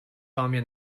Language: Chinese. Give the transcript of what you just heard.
方面